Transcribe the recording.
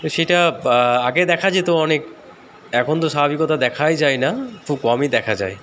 তো সেটা আগে দেখা যেত অনেক এখন তো স্বাভাবিকতা দেখাই যায় না খুব কমই দেখা যায়